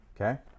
Okay